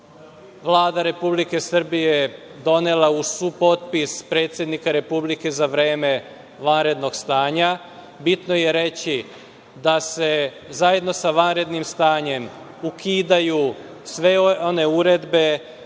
Vlada Republike Srbije donela uz supotpis predsednika Republike za vreme vanrednog stanja, bitno je reći da se zajedno sa vanrednim stanjem ukidaju sve one uredbe